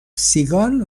سیگال